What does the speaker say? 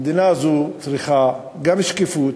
המדינה הזאת צריכה גם שקיפות,